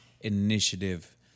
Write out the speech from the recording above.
initiative